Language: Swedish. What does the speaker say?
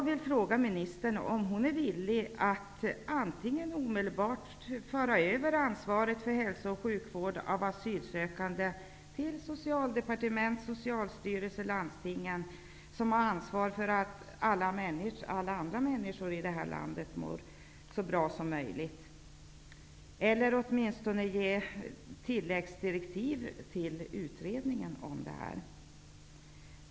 Är ministern villig att antingen omedelbart föra över ansvaret för hälso och sjukvård av asylsö kande till Socialdepartement, Socialstyrelse och landstingen -- som har ansvaret för att alla andra människor i det här landet mår så bra som möj ligt -- eller åtminstone ge tilläggsdirektiv till utred ningen angående denna fråga?